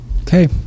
Okay